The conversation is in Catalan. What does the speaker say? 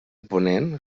ponent